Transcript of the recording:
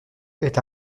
est